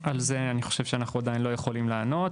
על זה אני חושב שאנחנו עדיין לא יכולים לענות,